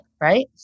right